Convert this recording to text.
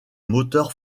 moteurs